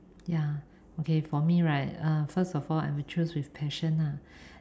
ya okay for me right uh first of all I will choose with passion lah